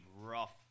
rough